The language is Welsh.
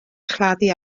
chladdu